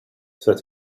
said